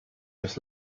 das